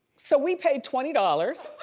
so we paid twenty dollars